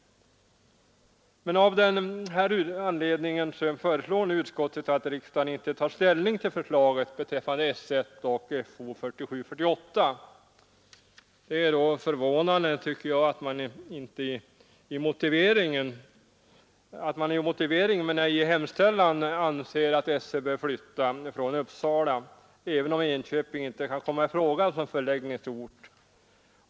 Av denna anledning föreslår utskottet att riksdagen inte nu tar ställning till förslaget beträffande S 1 och Fo 47/48. Det är då förvånande, tycker jag, att man i motiveringen — men inte i klämmen — anser att S 1 bör flytta från Uppsala, även om Enköping inte kan komma i fråga som förläggningsort.